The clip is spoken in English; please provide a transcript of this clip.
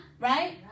Right